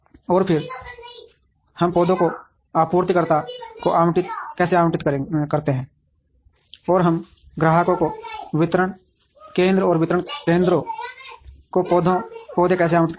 और फिर हम पौधों को आपूर्तिकर्ताओं को कैसे आवंटित करते हैं और हम ग्राहकों को वितरण केंद्र और वितरण केंद्रों को पौधे कैसे आवंटित करते हैं